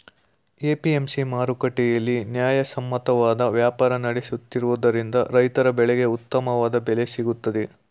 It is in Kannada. ಎ.ಪಿ.ಎಂ.ಸಿ ಮಾರುಕಟ್ಟೆಯಲ್ಲಿ ನ್ಯಾಯಸಮ್ಮತವಾದ ವ್ಯಾಪಾರ ನಡೆಯುತ್ತಿರುವುದರಿಂದ ರೈತರ ಬೆಳೆಗೆ ಉತ್ತಮವಾದ ಬೆಲೆ ಸಿಗುತ್ತಿದೆ